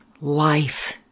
life